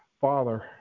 Father